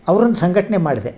ಅವ್ರನ್ನು ಸಂಘಟನೆ ಮಾಡಿದೆ